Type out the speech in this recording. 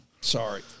sorry